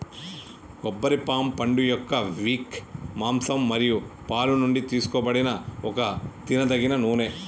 కొబ్బరి పామ్ పండుయొక్క విక్, మాంసం మరియు పాలు నుండి తీసుకోబడిన ఒక తినదగిన నూనె